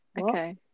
Okay